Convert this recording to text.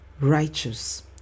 righteous